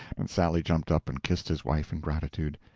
and sally jumped up and kissed his wife in gratitude.